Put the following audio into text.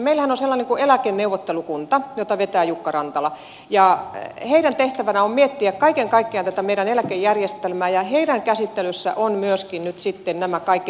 meillähän on sellainen kuin eläkeneuvottelukunta jota vetää jukka rantala ja heidän tehtävänään on miettiä kaiken kaikkiaan tätä meidän eläkejärjestelmää ja heidän käsittelyssään ovat myöskin nyt sitten nämä kaikki tämäntyyppiset